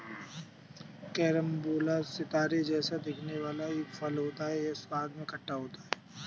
carambola सितारे जैसा दिखने वाला एक फल होता है यह स्वाद में खट्टा होता है